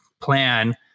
plan